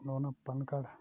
ᱟᱫᱚ ᱚᱱᱟ PAN card